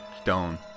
Stone